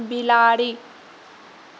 बिलाड़ि